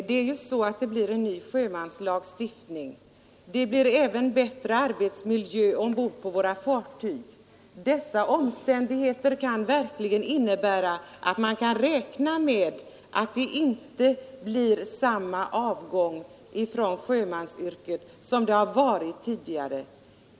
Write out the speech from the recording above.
Herr talman! Det är ju så att en ny sjömanslagstiftning kommer att träda i kraft. Vi hoppas på en bättre arbetsmiljö ombord på våra fartyg. Dessa omständigheter innebär att man kan räkna med att det inte blir samma avgång från sjömansyrket som det har varit tidigare.